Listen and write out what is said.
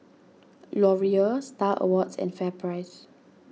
Laurier Star Awards and FairPrice